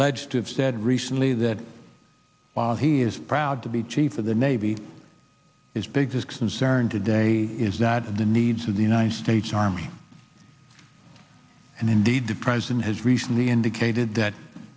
have said recently that while he is proud to be chief of the navy his biggest concern today is that of the needs of the united states army and indeed the president has recently indicated that